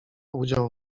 udział